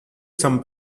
some